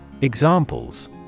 Examples